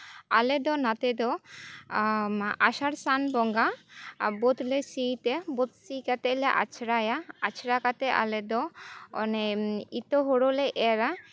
ᱟᱞᱮ ᱫᱚ ᱱᱟᱛᱮ ᱫᱚ ᱟᱥᱟᱲ ᱥᱟᱱ ᱵᱚᱸᱜᱟ ᱵᱟᱹᱫᱽ ᱞᱮ ᱥᱤᱛᱮ ᱵᱟᱹᱫᱽ ᱥᱤ ᱠᱟᱛᱮᱜ ᱞᱮ ᱟᱪᱷᱲᱟᱭᱟ ᱟᱪᱷᱲᱟ ᱠᱟᱛᱮ ᱟᱞᱮ ᱫᱚ ᱚᱱᱮ ᱤᱛᱟᱹ ᱦᱳᱲᱳᱞᱮ ᱮᱨᱟ